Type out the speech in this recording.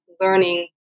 learning